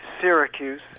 syracuse